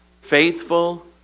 faithful